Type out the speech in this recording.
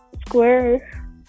Square